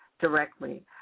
directly